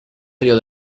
río